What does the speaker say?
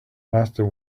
master